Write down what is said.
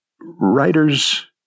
writers